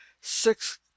SIX